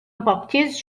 baptiste